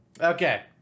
Okay